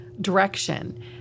direction